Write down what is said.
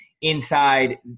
inside